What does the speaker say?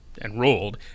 enrolled